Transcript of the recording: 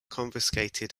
confiscated